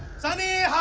sunny.